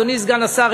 אדוני סגן השר,